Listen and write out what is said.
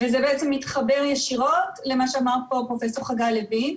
וזה מתחבר ישירות למה שאמר פה פרופ' חגי לוין.